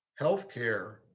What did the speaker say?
healthcare